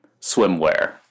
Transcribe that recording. swimwear